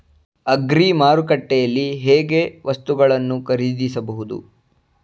Agri ಮಾರುಕಟ್ಟೆಯಲ್ಲಿ ಹೇಗೆ ವಸ್ತುಗಳನ್ನು ಖರೀದಿಸಬಹುದು?